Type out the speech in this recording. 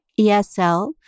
ESL